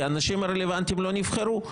כי האנשים הרלוונטיים לא נבחרו.